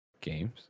games